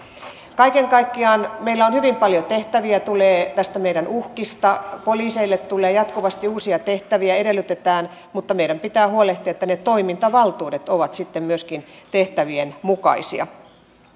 kaiken kaikkiaan meillä on hyvin paljon tehtäviä niitä tulee näistä meidän uhkista poliiseille tulee jatkuvasti uusia tehtäviä edellytetään mutta meidän pitää huolehtia että ne toimintavaltuudet ovat sitten myöskin tehtävien mukaisia